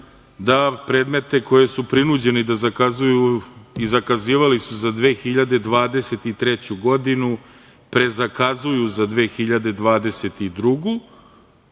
da predmete koje su prinuđeni da zakazuju i zakazivali su za 2023. godinu prezakazuju za 2022. godinu